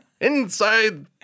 Inside